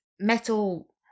Metal